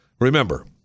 Remember